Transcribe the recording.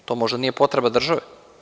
To možda nije potreba države.